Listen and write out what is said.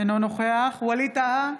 אינו נוכח ווליד טאהא,